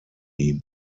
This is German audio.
ihm